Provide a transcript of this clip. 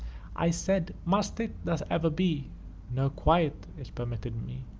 i said must it thus ever be no quiet is permitted me.